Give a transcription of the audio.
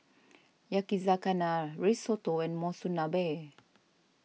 Yakizakana Risotto and Monsunabe